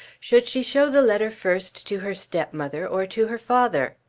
should she show the letter first to her stepmother or to her father?